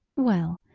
well,